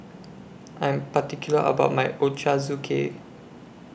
I'm particular about My Ochazuke